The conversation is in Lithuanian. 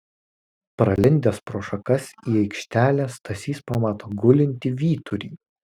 pralindęs pro šakas į aikštelę stasys pamato gulintį vyturį